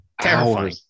terrifying